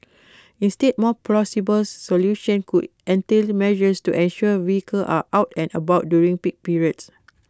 instead more plausible solutions could entail measures to ensure vehicles are out and about during peak periods